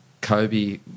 Kobe